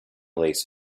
lace